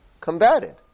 combated